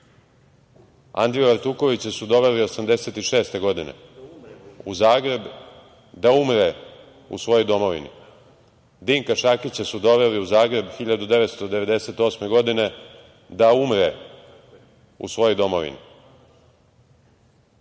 Andriju Artukovića su doveli 1986. godine u Zagreb da umre u svojoj domovini. Dinka Šakića su doveli u Zagreb 1998. godine da umre u svojoj domovini.